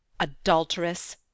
adulteress